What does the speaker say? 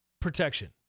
protection